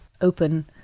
open